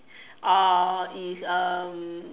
or is um